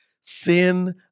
sin